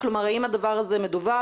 האם הדבר הזה מדווח,